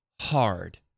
hard